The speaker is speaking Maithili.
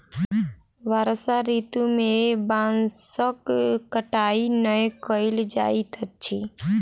वर्षा ऋतू में बांसक कटाई नै कयल जाइत अछि